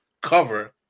cover